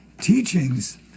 teachings